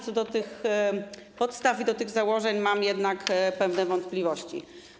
Co do tych podstaw i co do tych założeń mamy jednak pewne wątpliwości.